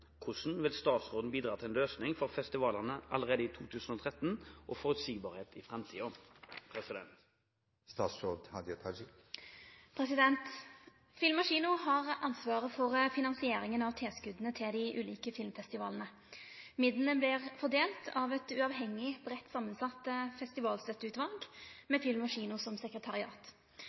vil statsråden bidra til en løsning for festivalene allerede i 2013 og forutsigbarhet i fremtiden?» Film & Kino har ansvaret for finansieringa av tilskota til dei ulike filmfestivalane. Midlane vert fordelte av eit uavhengig, breitt samansett festivalstøtteutval med Film & Kino som sekretariat.